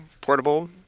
portable